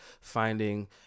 finding